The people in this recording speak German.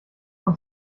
man